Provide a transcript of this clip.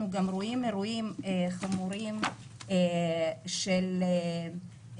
אנחנו גם רואים אירועים חמורים של חזרה